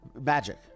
Magic